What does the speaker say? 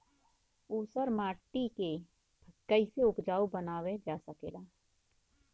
ऊसर माटी के फैसे उपजाऊ बना सकेला जा?